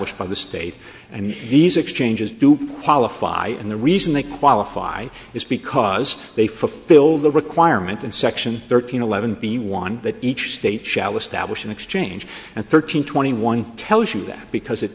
established by the state and these exchanges do qualify and the reason they qualify is because they fulfill the requirement in section thirteen eleven the one that each state shall establish in exchange and thirteen twenty one tells you that because it